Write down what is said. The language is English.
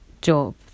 job